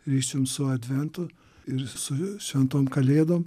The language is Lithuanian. ryšium su adventu ir su šventom kalėdom